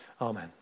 Amen